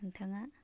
नोंथांआ